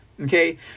okay